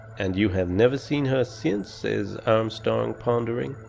and you have never seen her since, says armstrong, pondering.